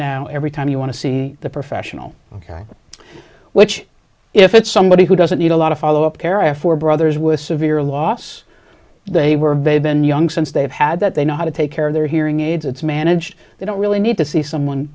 now every time you want to see the professional ok which if it's somebody who doesn't need a lot of follow up care and four brothers with severe loss they were very been young since they have had that they know how to take care of their hearing aids it's managed they don't really need to see someone